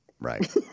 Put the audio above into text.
right